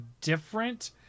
different